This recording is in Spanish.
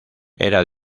era